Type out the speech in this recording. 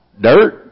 Dirt